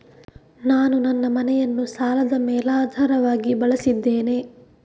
ನಾನು ನನ್ನ ಮನೆಯನ್ನು ಸಾಲದ ಮೇಲಾಧಾರವಾಗಿ ಬಳಸಿದ್ದೇನೆ